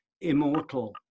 immortal